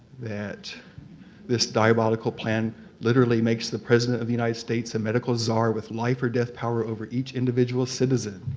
that this diabolical plan literally makes the president of the united states a medical czar with life or death power over each individual citizen.